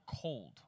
cold